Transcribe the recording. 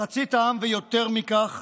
מחצית העם ויותר מכך